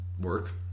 work